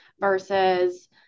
versus